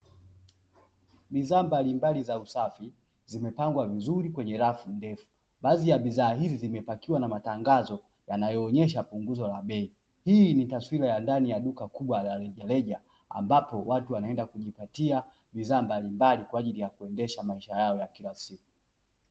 Bidhaa mbalimbali za usafi, zimepangwa vizuri kwenye rafu ndefu. Baadhi ya bidhaa hizi zimepakiwa na matangazo yanayoonyesha punguzo la bei. Hii ni taswira ya duka la rejareja ambapo watu wanaenda kujipatia bidhaa mbalimbali kwa ajili ya kuendesha maisha yao ya kila siku.